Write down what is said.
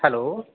hello